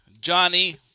Johnny